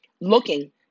looking